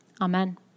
Amen